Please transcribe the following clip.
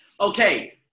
Okay